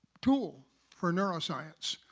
tool for neuroscience.